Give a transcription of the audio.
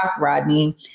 Rodney